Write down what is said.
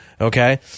okay